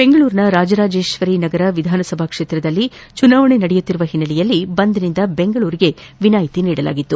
ಬೆಂಗಳೂರಿನ ರಾಜರಾಜೇಶ್ವರಿ ವಿಧಾನಸಭಾ ಕ್ಷೇತ್ರದಲ್ಲಿ ಚುನಾವಣಿ ನಡೆಯುತ್ತಿರುವ ಹಿನ್ನೆಲೆಯಲ್ಲಿ ಬಂದ್ನಿಂದ ಬೆಂಗಳೂರಿಗೆ ವಿನಾಯಿತಿ ನೀಡಲಾಗಿತ್ತು